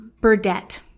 Burdette